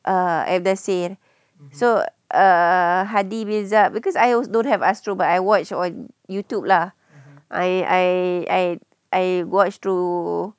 err M nasir so err hady mirza because I also don't have astro but I watch on youtube lah I I I I watched through